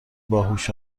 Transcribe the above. باهوش